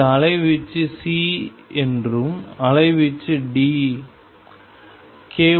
இந்த அலைவீச்சு C என்றும் அலைவீச்சு D